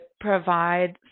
provide